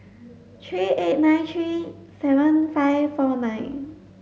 three eight nine three seven five four nine